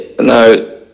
no